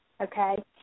okay